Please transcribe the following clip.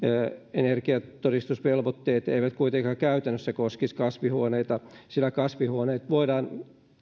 energiatodistusvelvoitteet eivät kuitenkaan käytännössä koskisi kasvihuoneita sillä kasvihuoneet voidaan